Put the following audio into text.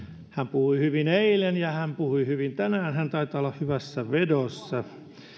puhui hyvin eilen ja hän puhui hyvin tänään hän taitaa olla hyvässä vedossa